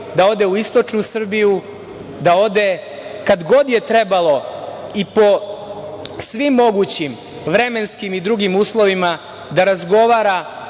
da ode u istočnu Srbiju, da ode kada god je trebalo i po svim mogućim vremenskim i drugim uslovima da razgovara